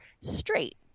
straight